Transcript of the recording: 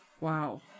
Wow